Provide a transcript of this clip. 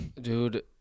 Dude